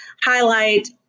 highlight